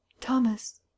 Thomas